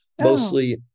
mostly